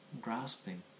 grasping